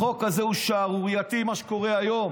החוק הזה הוא שערורייתי, מה שקורה היום.